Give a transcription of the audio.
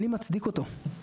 אני מצדיק אותו,